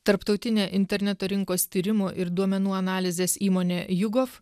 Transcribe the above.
tarptautinė interneto rinkos tyrimų ir duomenų analizės įmonė jugov